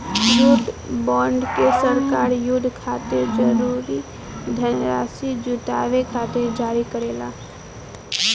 युद्ध बॉन्ड के सरकार युद्ध खातिर जरूरी धनराशि जुटावे खातिर जारी करेला